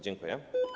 Dziękuję.